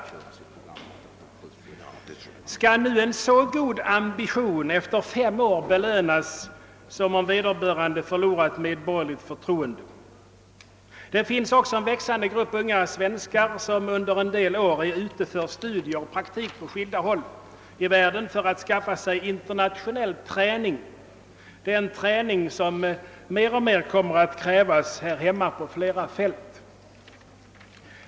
Skall nu en sådan god ambition efter fem år belönas som om vederbörande förlorat medborgerligt förtroende? Det finns också en växande grupp unga svenskar, som under en del år är ute för studier och praktik på skilda håll i världen för att skaffa sig internationell träning, en träning som mer och mer kommer att krävas här hemma på många fält.